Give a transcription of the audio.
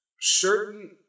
certain